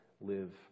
live